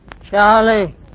Charlie